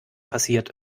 passiert